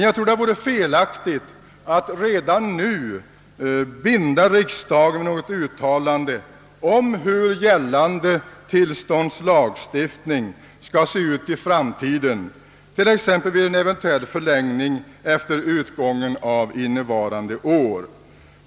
Jag tror det vore felaktigt att redan nu binda riksdagen med ett uttalande om hur gällande tillståndslagstiftning skall se ut i framtiden, t.ex. vid en eventuell förlängning efter utgången av innevarande år.